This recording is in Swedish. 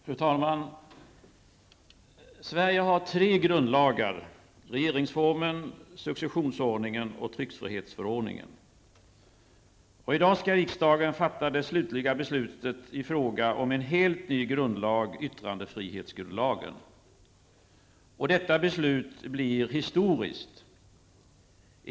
Fru talman! Sverige har tre grundlagar: regeringsformen, successionsordningen och tryckfrihetsförordningen. I dag skall riksdagen fatta det slutliga beslutet i fråga om en helt ny grundlag, yttrandefrihetsgrundlagen. Detta beslut blir historiskt.